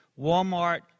walmart